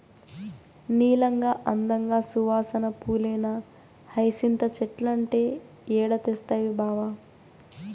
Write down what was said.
నీలంగా, అందంగా, సువాసన పూలేనా హైసింత చెట్లంటే ఏడ తెస్తవి బావా